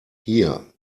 hier